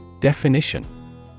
Definition